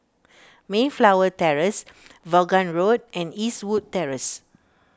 Mayflower Terrace Vaughan Road and Eastwood Terrace